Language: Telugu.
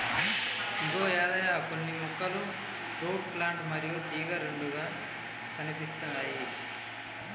ఇగో యాదయ్య కొన్ని మొక్కలు రూట్ ప్లాంట్ మరియు తీగ రెండుగా కనిపిస్తాయి